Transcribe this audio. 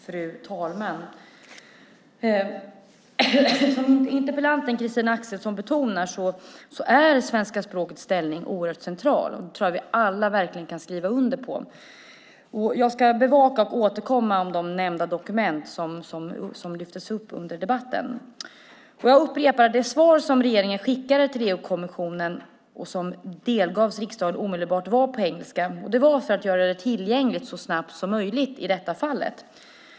Fru talman! Som interpellanten Christina Axelsson betonar är svenska språkets ställning oerhört central. Det tror jag att vi alla kan skriva under på. Jag ska bevaka och återkomma om de nämnda dokument som lyftes upp under debatten. Jag vill upprepa att det svar som regeringen skickade till EU-kommissionen och som delgavs riksdagen omedelbart var på engelska. Det var för att göra det tillgängligt så snabbt som möjligt i detta fall.